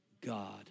God